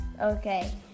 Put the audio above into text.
okay